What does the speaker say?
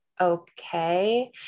okay